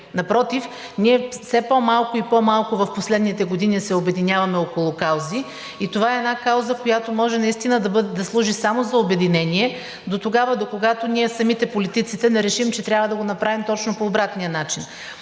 Напротив, ние все по-малко и по-малко в последните години се обединяваме около каузи и това е една кауза, която може наистина да служи само за обединение дотогава, докогато ние самите – политиците, не решим, че трябва да го направим точно по обратния начин.